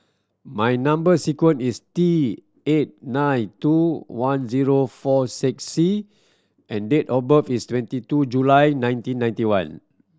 my number sequence is T eight nine two one zero four six C and date of birth is twenty two July nineteen ninety one